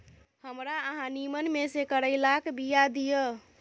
हमरा अहाँ नीमन में से करैलाक बीया दिय?